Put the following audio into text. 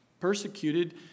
persecuted